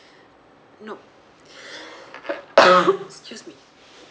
nope excuse me